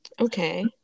Okay